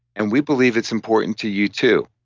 and we believe it's important to you too